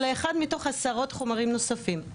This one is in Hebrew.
אלא אחד מתוך עשרות חומרים נוספים.